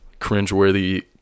cringeworthy